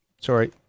Sorry